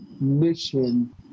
mission